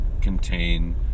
contain